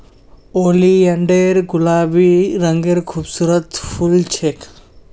oleander गुलाबी रंगेर खूबसूरत फूल ह छेक